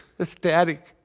ecstatic